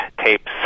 tapes